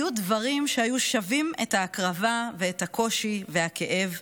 היו דברים שהיו שווים את ההקרבה ואת הקושי והכאב,